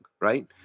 right